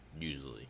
Usually